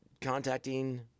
contacting